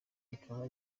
ikaba